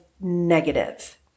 negative